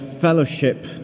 fellowship